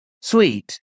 Sweet